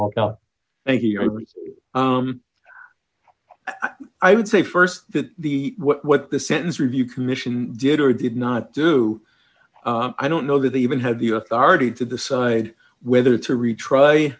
you i would say st that the what the sentence review commission did or did not do i don't know that they even have the authority to decide whether to retry